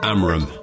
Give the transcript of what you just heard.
Amram